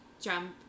jump